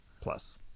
plus